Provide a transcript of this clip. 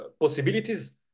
possibilities